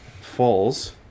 falls